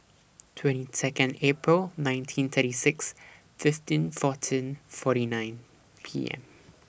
twenty Second April nineteen thirty six fifteen fourteen forty nine P M